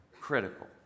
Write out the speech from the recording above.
critical